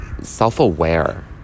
self-aware